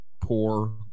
poor